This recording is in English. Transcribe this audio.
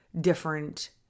different